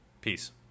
Peace